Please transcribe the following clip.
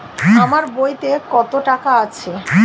আমার বইতে কত টাকা আছে?